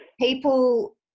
people